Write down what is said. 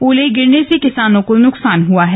ओले गिरने से किसानो को नुकसान हुआ है